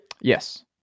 Yes